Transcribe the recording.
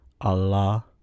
Allah